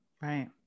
Right